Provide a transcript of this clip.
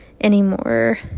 anymore